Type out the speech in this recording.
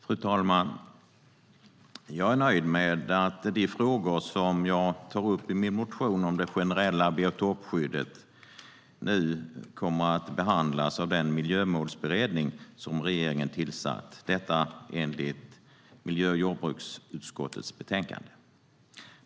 Fru talman! Jag är nöjd med att de frågor som jag tar upp i min motion om det generella biotopskyddet nu kommer att behandlas av den miljömålsberedning som regeringen tillsatt, detta enligt miljö och jordbruksutskottets betänkande.